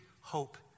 hope